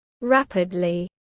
rapidly